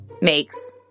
makes